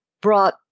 brought